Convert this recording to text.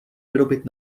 vyrobit